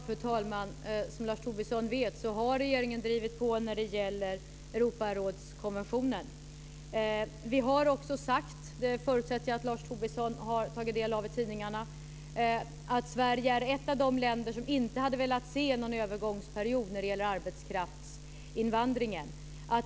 Fru talman! Som Lars Tobisson vet har regeringen drivit på när det gäller Europarådskonventionen. Vi har också sagt - det förutsätter jag att Lars Tobisson har tagit del av i tidningarna - att Sverige är ett av de länder som inte hade velat se någon övergångsperiod när det gäller arbetskraftsinvandringen.